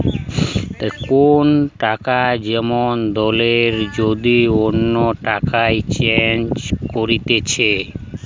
কোন টাকা যেমন দলের যদি অন্য টাকায় চেঞ্জ করতিছে